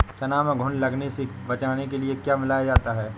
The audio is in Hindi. चना में घुन लगने से बचाने के लिए क्या मिलाया जाता है?